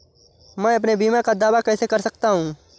मैं अपने बीमा का दावा कैसे कर सकता हूँ?